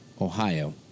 Ohio